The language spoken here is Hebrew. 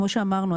כמו שאמרנו,